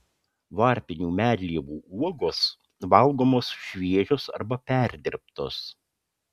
varpinių medlievų uogos valgomos šviežios arba perdirbtos